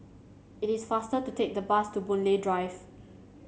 it is faster to take the bus to Boon Lay Drive